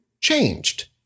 changed